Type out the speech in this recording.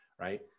right